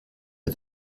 der